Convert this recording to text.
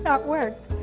ah worked.